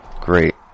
great